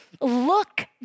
look